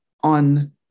on